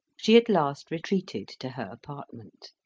she at last retreated to her apartment.